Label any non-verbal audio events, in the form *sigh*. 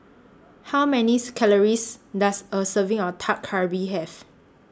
How Many *unintelligible* Calories Does A Serving of Dak Galbi Have